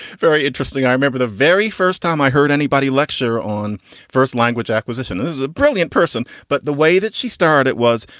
very interesting. i remember the very first time i heard anybody lecture on first language acquisition is a brilliant person. but the way that she started it was.